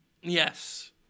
Yes